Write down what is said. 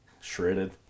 shredded